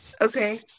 Okay